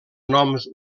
noms